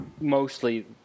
mostly